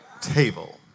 table